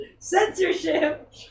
Censorship